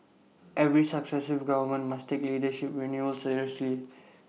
every successive government must take leadership renewal seriously